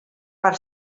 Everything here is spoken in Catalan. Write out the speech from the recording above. per